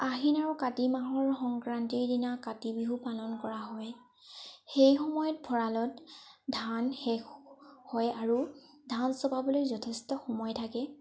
আহিন আৰু কাতি মাহৰ সংক্ৰান্তিৰ দিনা কাতি বিহু পালন কৰা হয় সেই সময়ত ভঁৰালত ধান শেষ হয় আৰু ধান চপাবলৈ যথেষ্ট সময় থাকে